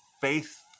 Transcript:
faith